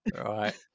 Right